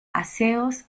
aseos